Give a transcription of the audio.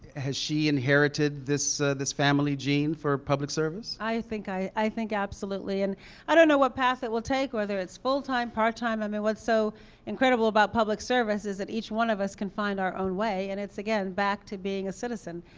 has she inherited this this family gene for public service? valerie jarrett i think i i think absolutely. and i don't know what path it will take, whether it's full time, part time i mean, what's so incredible about public service is that each one of us can find our own way. and it's, again, back to being a citizen.